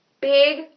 big